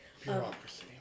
Bureaucracy